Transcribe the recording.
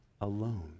alone